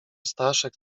staszek